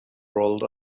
rolled